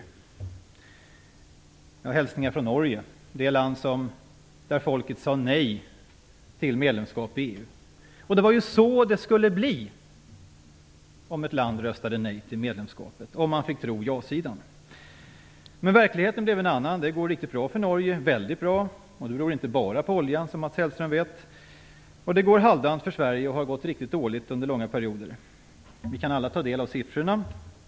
Jag har hälsningar från Norge, det land där folket sade nej till medlemskap i EU. Det var så det skulle bli i ett land som röstade nej till medlemskapet - om man fick tro ja-sidan. Men verkligheten blev en annan. Det går riktigt bra, väldigt bra för Norge. Det beror inte bara på oljan, som Mats Hellström vet. Det går halvdant för Sverige, riktigt dåligt under långa perioder. Vi kan alla ta del av siffrorna.